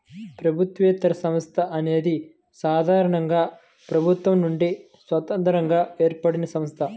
ప్రభుత్వేతర సంస్థ అనేది సాధారణంగా ప్రభుత్వం నుండి స్వతంత్రంగా ఏర్పడినసంస్థ